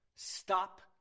Stop